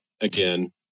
again